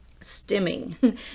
stimming